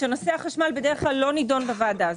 נושא החשמל בדרך כלל לא נידון בוועדה הזאת.